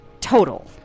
total